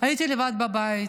הייתי לבד בבית,